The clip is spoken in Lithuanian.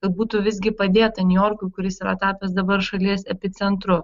kad būtų visgi padėta niujorkui kuris yra tapęs dabar šalies epicentru